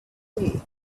day